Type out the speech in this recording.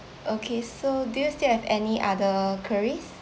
okay so do you still have any other queries